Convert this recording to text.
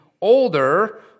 older